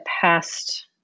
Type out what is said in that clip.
past